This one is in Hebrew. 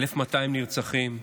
1,200 נרצחים,